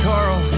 Carl